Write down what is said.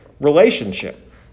relationship